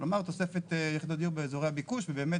כלומר תוספת יחידות דיור באזורי הביקוש ובאמת